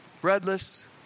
Breadless